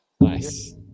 Nice